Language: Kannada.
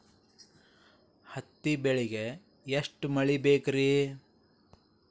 ಹತ್ತಿ ಬೆಳಿಗ ಎಷ್ಟ ಮಳಿ ಬೇಕ್ ರಿ?